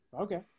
Okay